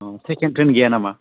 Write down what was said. ओं second train गैया नामा